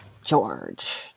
George